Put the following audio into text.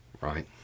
Right